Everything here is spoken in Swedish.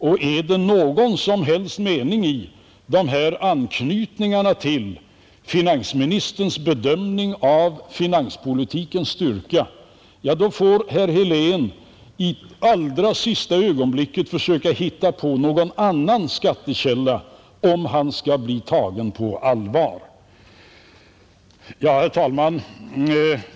Och om det är någon som helst mening i dessa anknytningar till finansministerns bedömning av finanspolitikens styrka, får herr Helén i allra sista ögonblicket försöka hitta på någon annan skattekälla för att kunna bli tagen på allvar. Herr talman!